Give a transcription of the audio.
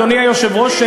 אדוני היושב-ראש,